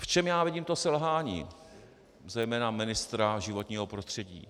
V čem já vidím to selhání zejména ministra životního prostředí?